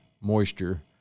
moisture